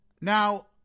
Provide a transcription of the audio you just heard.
Now